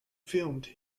filmed